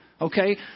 okay